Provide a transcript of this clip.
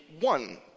one